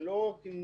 זה לא נקבע